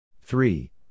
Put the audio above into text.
Three